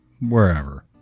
wherever